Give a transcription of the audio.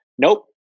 nope